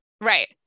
Right